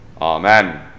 Amen